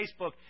Facebook